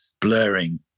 blurring